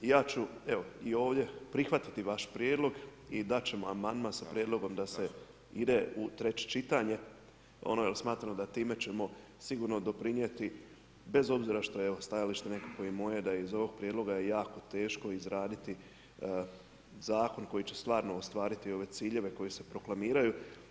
I ja ću ovdje prihvatiti vaš prijedlog i dat ćemo amandman sa prijedlogom da se ide u treće čitanje jer smatramo da ćemo time sigurno doprinijeti bez obzira što je stajalište nekako i moje, da je iz ovog prijedloga jako teško izraditi zakon koji će stvarno ostvariti ove ciljeve koji se proklamiraju.